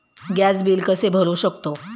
Gas bill कसे भरू शकतो?